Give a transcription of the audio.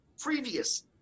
previous